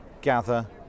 gather